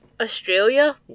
Australia